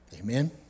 Amen